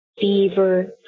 fever